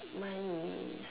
my